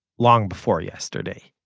long before yesterday.